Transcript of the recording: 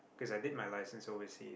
cause i did my license overseas